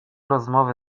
rozmowy